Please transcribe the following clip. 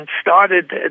started